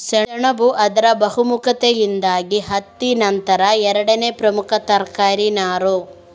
ಸೆಣಬು ಅದರ ಬಹುಮುಖತೆಯಿಂದಾಗಿ ಹತ್ತಿ ನಂತರ ಎರಡನೇ ಪ್ರಮುಖ ತರಕಾರಿ ನಾರು